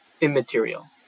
immaterial